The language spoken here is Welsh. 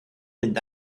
mynd